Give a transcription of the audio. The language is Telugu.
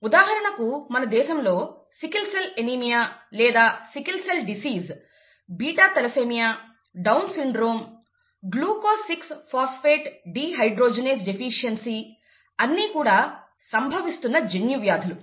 ఉదాహరణకు మనదేశంలో సికిల్ సెల్ ఎనీమియా లేదా sickle cell disease beta thalassaemia Down syndrome glucose six phosphate dehydrogenase deficiency అన్ని కూడా సంభవిస్తున్న జన్యు వ్యాధులు